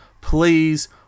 Please